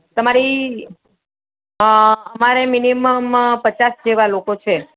તમારી અમારે મીનીમમ પચાસ જેવા લોકો છીએ